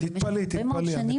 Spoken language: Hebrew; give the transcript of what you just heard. אבל לפני הרבה מאוד שנים --- תתפלאי,